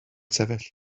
sefyll